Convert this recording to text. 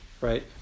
right